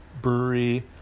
brewery